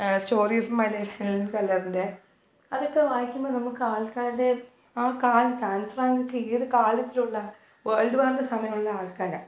story of my life Helen കെല്ലർന്റെ അതൊക്കെ വായിക്കുമ്പോൾ നമുക്കാൾക്കാരുടെ ആ കാലത്ത് അൽ ഫ്രാങ്കക്കെ ഏത് കാലത്തിലുള്ള വേൾഡ് വാറിന്റെ സമയമുള്ള ആൾക്കാരാണ്